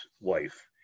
wife